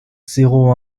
zéro